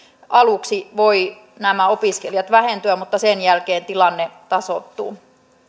aluksi voivat nämä opiskelijat vähentyä mutta sen jälkeen tilanne tasoittuu